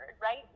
right